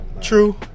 true